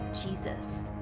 jesus